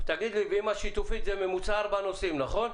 עם השיתופית זה עד ארבעה נוסעים, נכון?